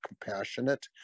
compassionate